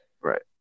right